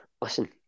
listen